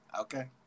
okay